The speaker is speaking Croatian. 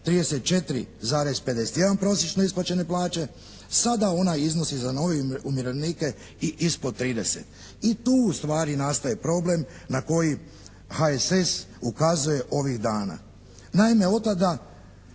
34,51 prosječno isplaćene plaće sada ona iznosi za nove umirovljenike i ispod 30. I tu ustvari nastaje problem na koji HSS ukazuje ovih dana.